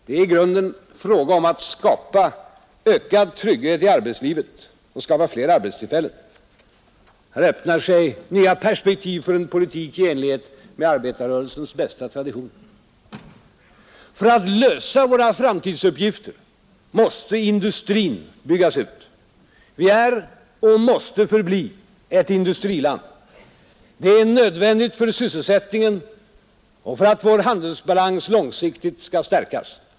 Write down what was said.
Det är i grunden fråga om att skapa ökad trygghet i arbetslivet och att skapa fler arbetstillfällen. Här öppnar sig nya perspektiv för en politik i enlighet med arbetarrörelsens bästa traditioner. För att lösa våra framtidsuppgifter måste industrin byggas ut. Vi är och mäste förbli ett industriland. Det är nödvändigt för sysselsättningen och för att vår handelsbalans långsiktigt skall stärkas.